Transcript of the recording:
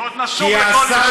ועוד נשוב לכל יישוב ויהיה